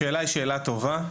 השאלה היא שאלה טובה.